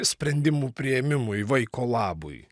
sprendimų priėmimui vaiko labui